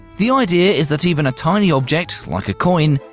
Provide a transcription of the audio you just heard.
the idea is that even a tiny object, like a coin,